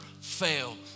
fail